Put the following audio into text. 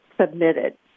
submitted